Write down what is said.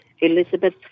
Elizabeth